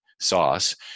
sauce